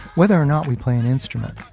whether or not we play an instrument.